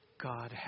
God